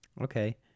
okay